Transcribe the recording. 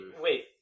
wait